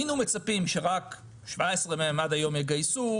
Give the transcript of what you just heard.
היינו מצפים שרק 17 מהן עד היום יגייסו.